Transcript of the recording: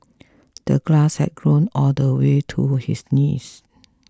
the grass had grown all the way to his knees